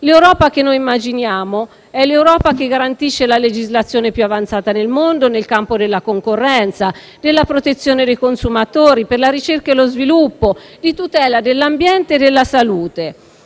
L'Europa che noi immaginiamo è l'Europa che garantisce la legislazione più avanzata al mondo nel campo della concorrenza, della protezione dei consumatori, per la ricerca e lo sviluppo, per la tutela dell'ambiente e della salute.